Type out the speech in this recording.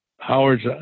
Howard's